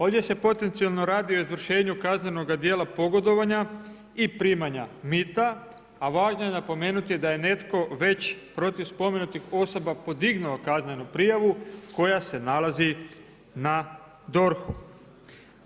Ovdje se potencijalno radi o izvršenju kaznenog djela pogodovanja i primanja mita, a važno je napomenuti da je netko već protiv spomenutih osoba podignuo kaznenu prijavu koja se nalazi na DORH-u.